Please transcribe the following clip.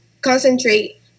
concentrate